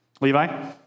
Levi